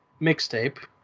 Mixtape